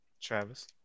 Travis